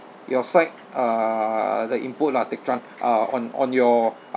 your side uh the input lah teck chuan uh on on your